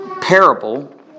parable